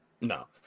No